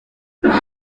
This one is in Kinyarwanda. yagize